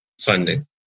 funding